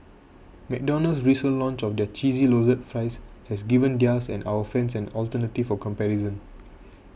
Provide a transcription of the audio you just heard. McDonald's recent launch of their cheesy loaded fries has given theirs and our fans an alternative for comparison